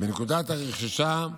בנקודת הרכישה,